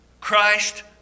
Christ